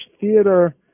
theater